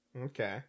okay